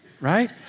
right